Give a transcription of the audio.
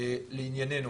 לענייננו,